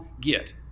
get